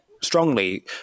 strongly